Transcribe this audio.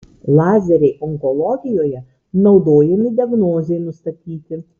lazeriai onkologijoje naudojami diagnozei nustatyti